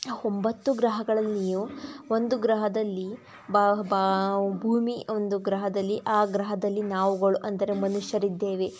ಒಂಬತ್ತು ಗ್ರಹಗಳಲ್ಲಿಯೂ ಒಂದು ಗ್ರಹದಲ್ಲಿ ಬಾ ಬಾವ್ ಭೂಮಿ ಒಂದು ಗ್ರಹದಲ್ಲಿ ಆ ಗ್ರಹದಲ್ಲಿ ನಾವುಗಳು ಅಂದರೆ ಮನುಷ್ಯರಿದ್ದೇವೆ